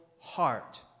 heart